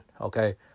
Okay